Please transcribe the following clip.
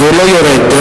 לא יורד,